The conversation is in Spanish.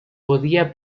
podía